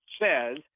says